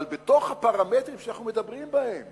אבל בתוך הפרמטרים שאנחנו מדברים בהם